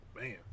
Man